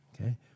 Okay